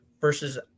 versus